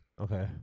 Okay